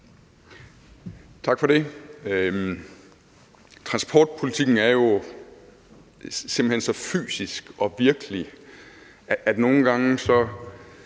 Tak for det. Transportpolitikken er jo simpelt hen så fysisk og virkelig, at politikere